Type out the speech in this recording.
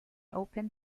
open